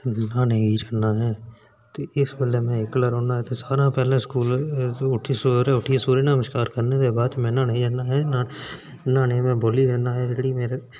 न्हाने गी जन्नां में ते इस बेल्लै में इक्कला रौह्नां में ते सारे शा पैह्लैं स्कूल सवेरे उठियै सूर्य नमस्कार करने बाद में न्हाने गी नहाने गी में बौली जन्नां ऐ जेह्कड़ी मेरे